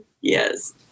Yes